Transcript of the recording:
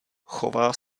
chová